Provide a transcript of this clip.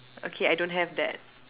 okay I don't have that